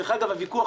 דרך אגב, הוויכוח